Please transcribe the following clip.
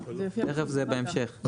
תכף, זה בהמשך.